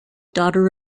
daughter